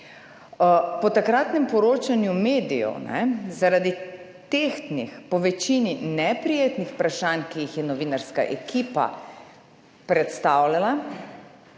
Po takratnem poročanju medijev zaradi tehtnih, po večini neprijetnih vprašanj, ki jih je novinarska ekipa predstavljala,